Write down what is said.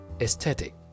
aesthetic